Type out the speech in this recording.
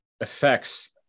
effects